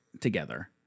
together